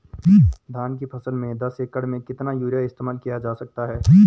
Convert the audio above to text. धान की फसल में दस एकड़ में कितना यूरिया इस्तेमाल किया जा सकता है?